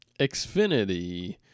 Xfinity